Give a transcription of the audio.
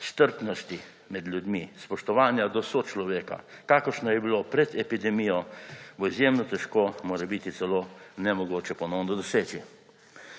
strpnosti med ljudmi, spoštovanja do sočloveka, kakršno je bilo pred epidemijo, izjemno težka, morebiti bo to celo nemogoče ponovno doseči.